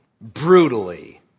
brutally